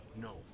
no